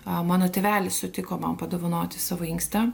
o mano tėvelis sutiko man padovanoti savo inkstą